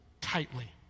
tightly